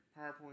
PowerPoint